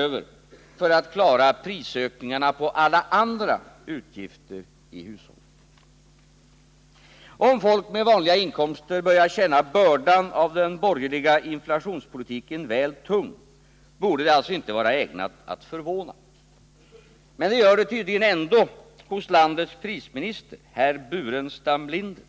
över för att klara prisökningarna på alla andra utgifter i hushållet. Om folk med vanliga inkomster börjar känna bördan av den borgerliga inflationspolitiken väl tung, borde det alltså inte vara ägnat att förvåna. Men det gör det tydligen ändå hos landets prisminister, herr Burenstam Linder.